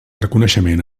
reconeixement